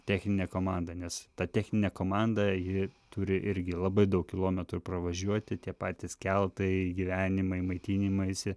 techninė komanda nes ta techninė komanda ji turi irgi labai daug kilometrų pravažiuoti tie patys keltai gyvenimai maitinimaisi